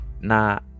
now